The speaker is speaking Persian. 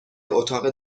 اتاق